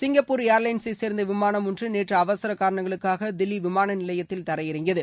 Singapore ஏர்லைன்ஸை சேர்ந்த விமானம் ஒன்று நேற்று அவசர காரணங்களுக்காக தில்லி விமான நிலையத்தில் தரையிறங்கியது